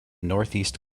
northeast